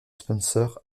spencer